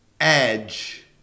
edge